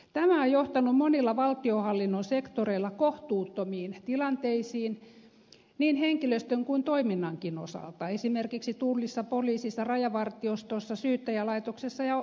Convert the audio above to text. tämä on johtanut monilla valtionhallinnon sektoreilla kohtuuttomiin tilanteisiin niin henkilöstön kuin toiminnankin osalta esimerkiksi tullissa poliisissa rajavartiostossa syyttäjälaitoksessa ja oikeusistui missa